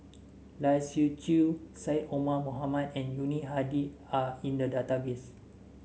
Lai Siu Chiu Syed Omar Mohamed and Yuni Hadi are in the database